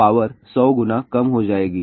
power 100 गुना कम हो जाएगी